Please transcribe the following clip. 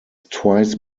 twice